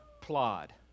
Plod